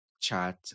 chat